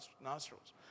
nostrils